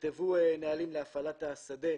נכתבו נהלים להפעלת השדה,